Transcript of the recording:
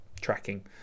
tracking